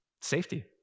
Safety